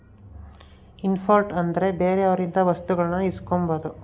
import ಅಂದ್ರೆ ಬೇರೆಯವರಿಂದ ವಸ್ತುಗಳನ್ನು ಇಸ್ಕನದು